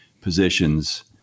positions